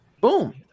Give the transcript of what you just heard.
Boom